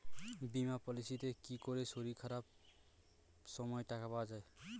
বীমা পলিসিতে কি করে শরীর খারাপ সময় টাকা পাওয়া যায়?